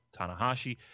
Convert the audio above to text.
Tanahashi